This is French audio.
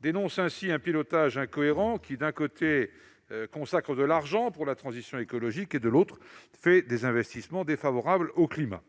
dénonce ainsi un pilotage incohérent, avec, d'un côté, de l'argent consacré à la transition écologique et, de l'autre, des investissements défavorables au climat.